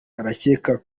araceceka